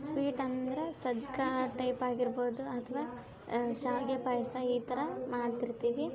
sweet ಅಂದ್ರ ಸಜ್ಕಾ ಆ ಟೈಪ್ ಆಗಿರ್ಬೋದು ಅಥವಾ ಶಾವ್ಗೆ ಪಾಯಸ ಈ ಥರ ಮಾಡ್ತಿರ್ತೀವಿ